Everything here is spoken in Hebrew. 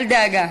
אל דאגה.